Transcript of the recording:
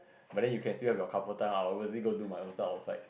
but then you can still have your couple time I'll obviously go do my own stuff outside